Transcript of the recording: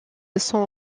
sont